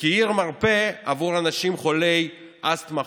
וכעיר מרפא בעבור אנשים חולי אסתמה,